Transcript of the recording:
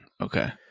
okay